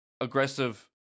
aggressive